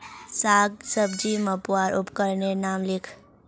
साग सब्जी मपवार उपकरनेर नाम लिख?